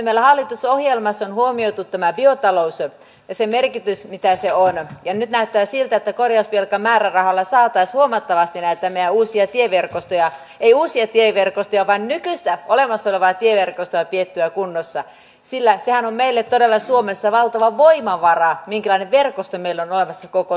meillä hallitusohjelmassa on huomioitu tämä biotalous ja sen merkitys mitä se on ja nyt näyttää siltä että koiria joten määrärahalla säätää suomen vastineet enää uusia korjausvelkamäärärahalla saataisiin huomattavasti tätä meidän nykyistä olemassa olevaa tieverkostoa pidettyä kunnossa sillä sehän on meille suomessa todella valtava voimavara minkälainen verkosto meillä on olemassa koko suomessa